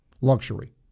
Luxury